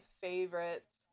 favorites